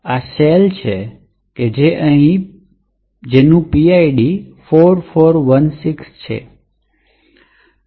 આ શેલ તે છે જે અહીં PID 4416 સાથે છે